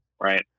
Right